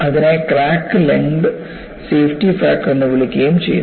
അതിനെ crack length safety factor എന്നും വിളിക്കുന്നു